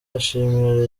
ashimira